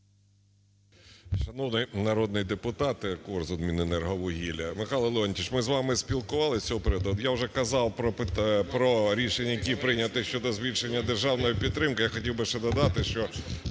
Шановні народні депутати, Корзун, Міненерговугілля. Михайло Леонтійович, ми з вами спілкувалися з цього приводу. Я вже казав про рішення, які прийнятті щодо збільшення державної підтримки,